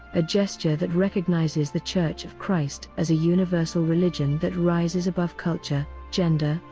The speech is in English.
a gesture that recognizes the church of christ as a universal religion that rises above culture, gender,